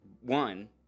One